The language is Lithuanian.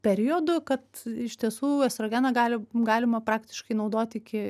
periodu kad iš tiesų estrogeną gali galima praktiškai naudot iki